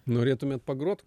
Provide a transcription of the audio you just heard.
norėtumėt pagrot